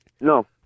No